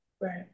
Right